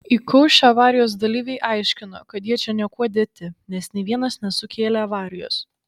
įkaušę avarijos dalyviai aiškino kad jie čia niekuo dėti nes nei vienas nesukėlė avarijos